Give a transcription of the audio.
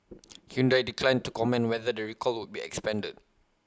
Hyundai declined to comment on whether the recall would be expanded